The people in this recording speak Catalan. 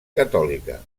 catòlica